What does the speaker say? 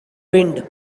wind